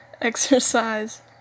exercise